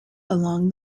along